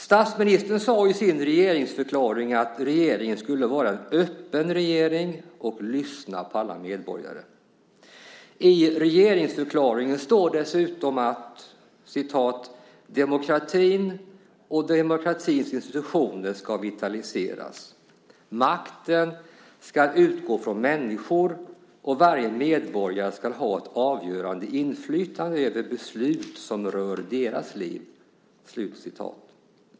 Statsministern sade i sin regeringsförklaring att regeringen skulle vara en öppen regering och lyssna på alla medborgare. I regeringsförklaringen står det dessutom: "Demokratin och demokratins institutioner ska vitaliseras. Makten ska utgå från människor, och varje medborgare ska ha ett avgörande inflytande över beslut som rör deras liv."